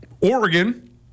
Oregon